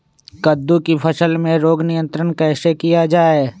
कददु की फसल में रोग नियंत्रण कैसे किया जाए?